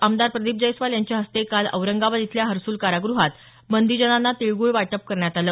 आमदार प्रदीप जैस्वाल यांच्या हस्ते काल औरंगाबाद इथल्या हर्सुल काराग्रहात बंदीजनांना तीळगुळ वाटप करण्यात आलं